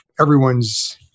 everyone's